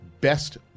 best